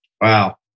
Wow